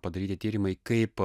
padaryti tyrimai kaip